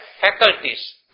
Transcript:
faculties